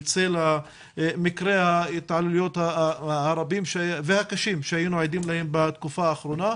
בצל מקרי ההתעללויות הרבים והקשים שהיינו עדים להם בתקופה האחרונה.